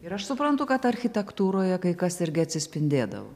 ir aš suprantu kad architektūroje kai kas irgi atsispindėdavo